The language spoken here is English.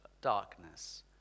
darkness